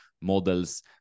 models